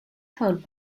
held